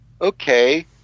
okay